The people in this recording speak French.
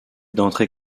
d’entrer